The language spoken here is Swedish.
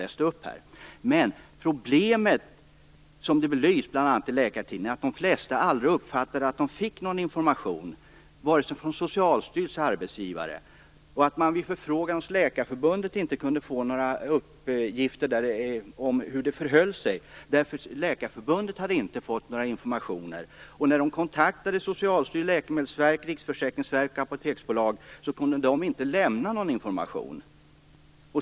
Men problemet är - och det finns belyst bl.a. i Läkartidningen - att de flesta aldrig uppfattade att de fick någon information, vare sig från Socialstyrelsen eller arbetsgivaren. Vid förfrågan hos Läkarförbundet kunde man inte heller få några uppgifter om hur det förhöll sig, eftersom Läkarförbundet inte hade fått någon information. När de kontaktade Socialstyrelsen, Läkemedelsverket, Riksförsäkringsverket och Apoteksbolaget kunde de inte lämna någon information.